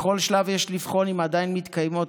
בכל שלב יש לבחון אם עדיין מתקיימות